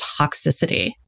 toxicity